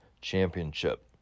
Championship